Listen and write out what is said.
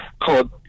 called